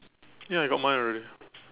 ya I got mine already